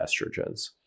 estrogens